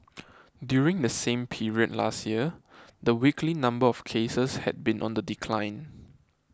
during the same period last year the weekly number of cases had been on the decline